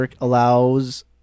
Allows